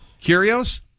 Curios